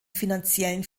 finanziellen